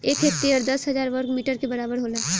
एक हेक्टेयर दस हजार वर्ग मीटर के बराबर होला